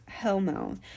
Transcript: Hellmouth